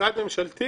משרד ממשלתי